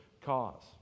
cause